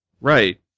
Right